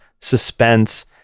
suspense